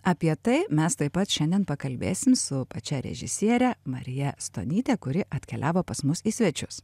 apie tai mes taip pat šiandien pakalbėsim su pačia režisiere marija stonyte kuri atkeliavo pas mus į svečius